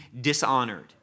dishonored